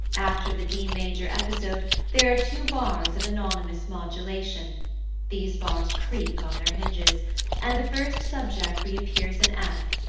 after the d major episode there are two bars of anonymous modulation these bars creak on their hinges and the first subject reappears in f,